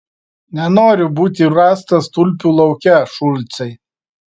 nenoriu būti rastas tulpių lauke šulcai